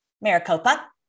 Maricopa